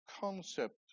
concept